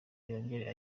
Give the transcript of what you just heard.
yongere